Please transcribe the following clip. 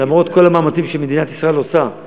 למרות כל המאמצים שמדינת ישראל עושה,